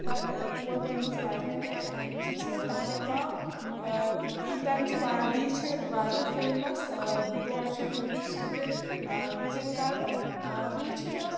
تہٕ تور گٲمٕژ واریاہ لَٹہِ سُہ چھُ پہلگام تَمہِ چہِ وادی چھِ واریاہ فیمَس تور چھِ ٹوٗرِیسٹہٕ تہِ آ وِزِٹ کَران بیٚیہِ چھِ مےٚ